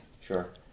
Sure